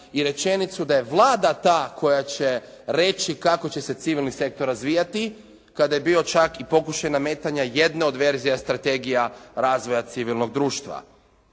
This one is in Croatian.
i rečenicu da je Vlada ta koja će reći kako će se civilni sektor razvijati, kada je bio čak i pokušaj nametanja jedne od verzija strategija razvoja civilnog društva.